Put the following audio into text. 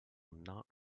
not